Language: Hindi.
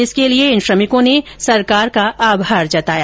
इसके लिए इन्होंने सरकार का आभार जताया